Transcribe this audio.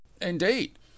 Indeed